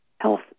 health